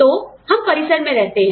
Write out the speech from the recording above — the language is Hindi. तो हम परिसर में रहते हैं